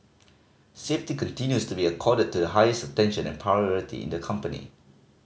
safety continues to be accorded to the highest attention and priority in the company